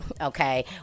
okay